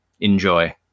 Enjoy